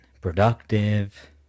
productive